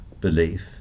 belief